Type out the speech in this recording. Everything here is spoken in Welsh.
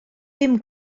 dim